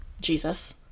Jesus